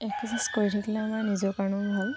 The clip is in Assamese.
এক্সেচাইজ কৰি থাকিলে আমাৰ নিজৰ কাৰণেও ভাল